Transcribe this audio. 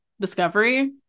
discovery